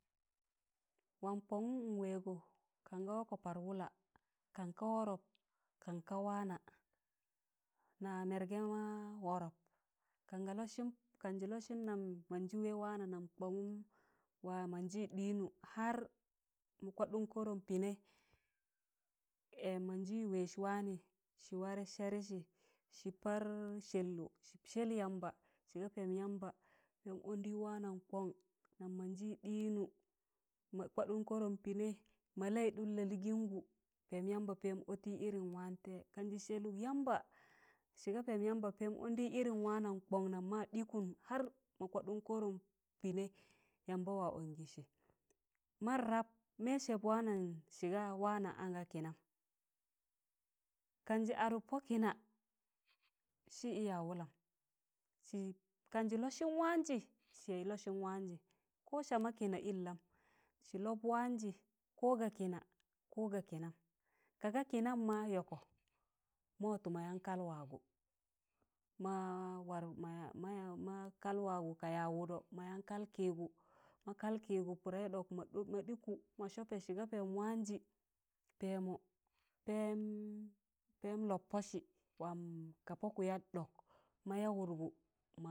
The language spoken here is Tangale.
waam kọngụm mọn wẹgọ kanga wakọ paar wụla kan ka wọrọp kan ka waana, na ya mẹrgẹ ma wọrọp. kanga losin kanjị lọsịn nam mọnjị wẹ waana nam kọngụm wam mọnjị ɗịnụ har ma kwadụn kọrọm pịịnẹị mọnjị wẹịz waanị sị warẹ sẹẹrịsị sị paar sẹllọ sị sẹẹị yamba, sị pẹẹm yamba pẹẹm ọndị waanam kọn, nam mọnjị ɗịnọ ma kwadụn kọrọm pịnẹị, ma laịdụn lalịịgi̱ngụ pẹẹm yamba pẹẹm ọntị sịdam waamtẹ kanjị sẹẹlụk yamba sị ga pẹẹm yamba pẹẹm ọndị irim waanam kọn, nam ma dịịkụn har ma kwadụn kọrụn pịịnẹị, yamba waa ọngị sị. ma nrap maị sẹb waanam sịga waana anga kịnai kanjị adụk pọ kịna sị ị yaịz waụlan, sị, kamjị lọsịn waanjị sị lọsịn waanjị ko sama kịna ịllam sị lọp waanjị ko ga kịna ko ga kịnam kaaga kịnam ma yọkọ ma watọ mayan kal waagụ, ma kal waagụ ka yag wụdọ mayan kalkịgụ ma kal kịịgụ pịdẹị ɗọk, ma ɗịkụ ma sọpẹ sịga pẹẹm waanji,̣ pẹẹmọ pẹẹm lọp pọsị waam ka pọkụ yak ɗọk, ma ya wụdgụ.